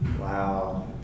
Wow